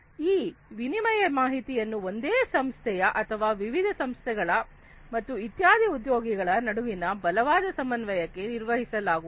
ಈ ಮಾಹಿತಿ ವಿನಿಮಯವನ್ನು ಒಂದೇ ಸಂಸ್ಥೆಯ ಅಥವಾ ವಿವಿಧ ಸಂಸ್ಥೆಗಳ ಮತ್ತು ಇತ್ಯಾದಿ ಉದ್ಯೋಗಿಗಳ ನಡುವಿನ ಬಲವಾದ ಸಮನ್ವಯಕ್ಕಾಗಿ ನಿರ್ವಹಿಸಲಾಗುವುದು